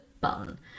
button